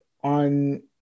On